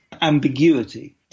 ambiguity